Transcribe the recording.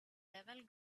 level